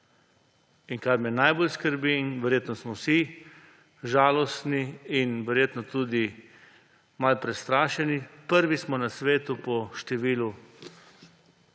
In kaj me najbolj skrbi, in verjetno smo vsi žalostni in verjetno tudi malo prestrašeni zaradi tega? Prvi na svetu smo po številu